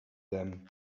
them